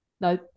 No